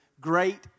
great